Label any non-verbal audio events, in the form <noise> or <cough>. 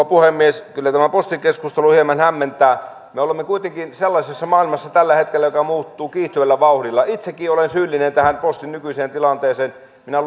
<unintelligible> puhemies kyllä tämä postikeskustelu hieman hämmentää me olemme kuitenkin tällä hetkellä sellaisessa maailmassa joka muuttuu kiihtyvällä vauhdilla itsekin olen syyllinen tähän postin nykyiseen tilanteeseen minä <unintelligible>